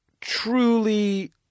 truly